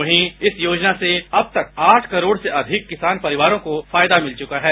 वहीं इस योजना से अब तक आठ करोड़ से अधिक किसान परिवारों को फायदा मिल चुका है